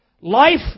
Life